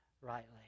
rightly